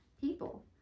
people